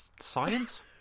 Science